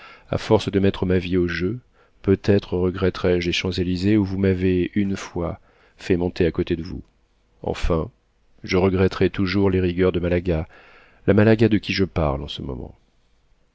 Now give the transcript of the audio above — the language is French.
à force de mettre ma vie au jeu peut-être regretterai je les champs-élysées où vous m'avez une fois fait monter à côté de vous enfin je regretterai toujours les rigueurs de malaga la malaga de qui je parle en ce moment